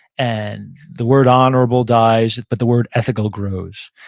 and the word honorable dies, but the word ethical grows.